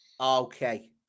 Okay